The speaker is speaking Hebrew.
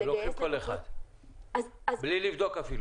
הן לוקחות כל אחד ואפילו בלי לבדוק.